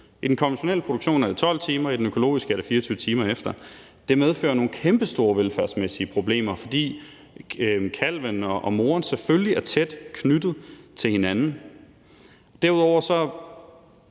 I den konventionelle produktion er det 12 timer efter, og i den økologiske er det 24 timer efter. Det medfører nogle kæmpestore velfærdsmæssige problemer, fordi kalven og moren selvfølgelig er tæt knyttet til hinanden. Derudover har